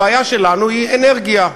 הבעיה שלנו היא אנרגיה: